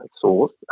source